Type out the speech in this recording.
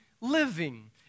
living